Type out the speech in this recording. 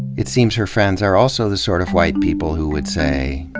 it seems her friends are also the sort of white people who would say,